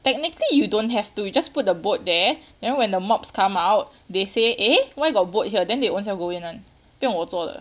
technically you don't have to just put the boat there then when the mobs come out they say eh why got boat here then they own self go in [one] 不用我做的